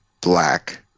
black